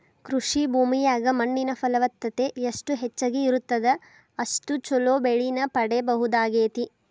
ಕೃಷಿ ಭೂಮಿಯಾಗ ಮಣ್ಣಿನ ಫಲವತ್ತತೆ ಎಷ್ಟ ಹೆಚ್ಚಗಿ ಇರುತ್ತದ ಅಷ್ಟು ಚೊಲೋ ಬೆಳಿನ ಪಡೇಬಹುದಾಗೇತಿ